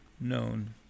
known